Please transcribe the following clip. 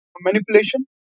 manipulation